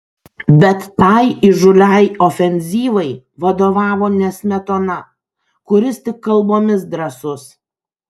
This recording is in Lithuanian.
bet tai įžūliai ofenzyvai vadovavo ne smetona kuris tik kalbomis drąsus